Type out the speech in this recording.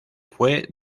fue